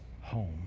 home